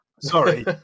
Sorry